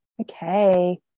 okay